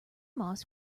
moss